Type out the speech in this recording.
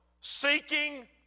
Seeking